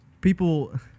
people